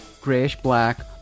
grayish-black